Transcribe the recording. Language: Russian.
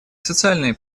социальные